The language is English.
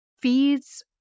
feeds